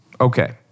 Okay